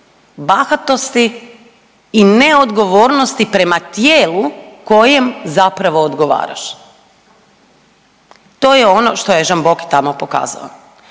bahatosti i neodgovornosti prema tijelu kojem zapravo odgovaraš. To je ono što je Žamboki tamo pokazao,